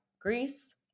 Greece